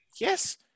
Yes